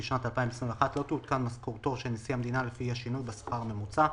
בשנת 2021 לא תעודכן משכורתו של נשיא המדינה לפי השינוי בשכר הממוצע.